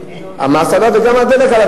המס עלה וגם הדלק עלה.